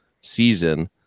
season